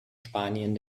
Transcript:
spanien